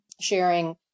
sharing